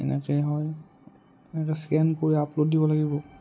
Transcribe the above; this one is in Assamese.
এনেকেই হয় এনেকে স্কেন কৰি আপলোড দিব লাগিব